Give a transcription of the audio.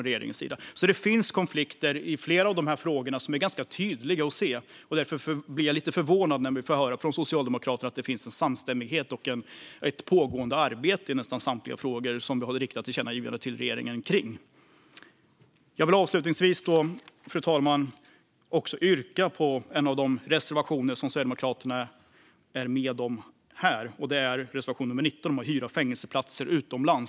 Det finns alltså konflikter i flera av dessa frågor som är ganska tydliga. Därför blir jag lite förvånad när vi får höra från Socialdemokraterna att det finns en samstämmighet och ett pågående arbete i nästan samtliga frågor som vi vill rikta tillkännagivanden till regeringen om. Fru talman! Jag vill avslutningsvis yrka bifall till en av de reservationer som Sverigedemokraterna är med på, nämligen reservation nummer 19 om att hyra fängelseplatser utomlands.